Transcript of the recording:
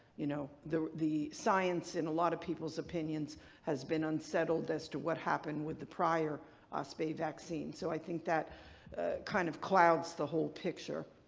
you know, the the science in a lot of people's opinions has been unsettled as to what happened with the prior ospa vaccine. so i think that kind of clouds the whole picture.